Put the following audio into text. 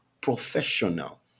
professional